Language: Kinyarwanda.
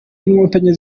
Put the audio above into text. inkotanyi